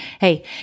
Hey